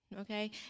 okay